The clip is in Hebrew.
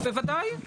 בוודאי.